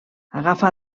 agafa